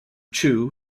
chu